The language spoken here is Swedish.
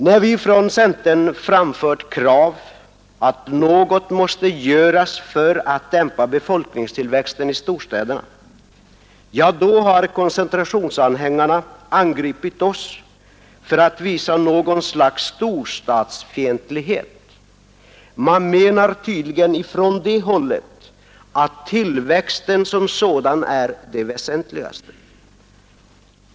När vi från centern framfört krav att något måste göras för att dämpa befolkningstillväxten i storstäderna, ja, då har koncentrationsanhängarna angripit oss för att visa något slags storstadsfientlighet. Man menar tydligen ifrån det hållet att tillväxten som sådan är det väsentligaste.